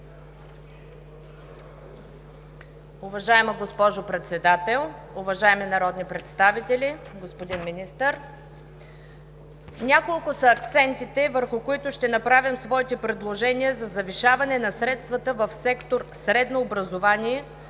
Уважаема госпожо Председател, уважаеми народни представители, господин Министър! Няколко са акцентите, върху които ще направим своите предложения за завишаване на средствата в сектор „Средно образование“